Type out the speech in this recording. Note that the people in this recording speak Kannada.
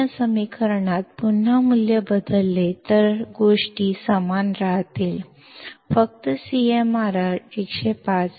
ಈ ಸಮೀಕರಣದಲ್ಲಿ ನಾನು ಈ ಮೌಲ್ಯವನ್ನು ಮತ್ತೆ ಬದಲಿಸಿದರೆ ವಿಷಯಗಳು ಒಂದೇ ಆಗಿರುತ್ತವೆ CMRR ಮಾತ್ರ 105 ಆಗಿರುತ್ತದೆ